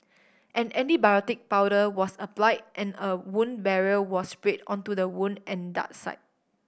an antibiotic powder was applied and a wound barrier was sprayed onto the wound and dart site